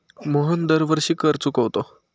मोहन दरवर्षी कर चुकवतो